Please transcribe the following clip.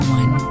one